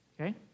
Okay